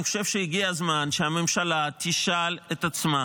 אני חושב שהגיע הזמן שהממשלה תשאל את עצמה